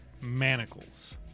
manacles